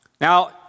Now